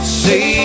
say